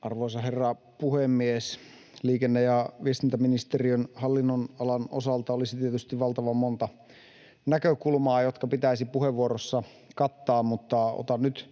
Arvoisa herra puhemies! Liikenne‑ ja viestintäministeriön hallinnonalan osalta olisi tietysti valtavan monta näkökulmaa, jotka pitäisi puheenvuorossa kattaa, mutta otan nyt